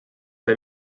sai